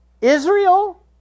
Israel